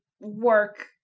work